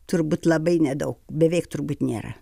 turbūt labai nedaug beveik turbūt nėra